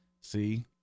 see